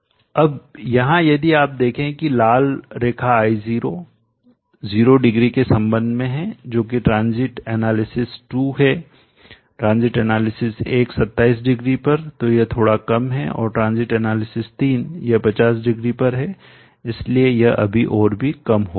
अब यहाँ यदि आप देखें कि लाल रेखा I0 जीरो डिग्री के संबंध में है जो की ट्रांजियंट एनालिसिस 2 क्षणिक विश्लेषण 2 है ट्रांजियंट एनालिसिस 1 क्षणिक विश्लेषण 1 27 डिग्री पर तो यह थोड़ा कम है और ट्रांजियंट एनालिसिस 3 क्षणिक विश्लेषण 3 यह 50 डिग्री पर है इसलिए यह अभी और भी कम हो गया है